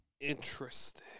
Interesting